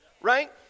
right